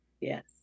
Yes